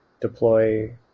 deploy